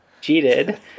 cheated